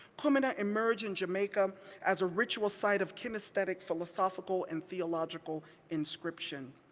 kumina emerged in jamaica as a ritual site of kinesthetic, philosophical and theological inscription.